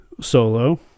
Solo